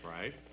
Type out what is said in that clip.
right